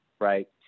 Right